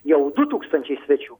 jau du tūkstančiai svečių